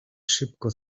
szybko